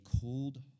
cold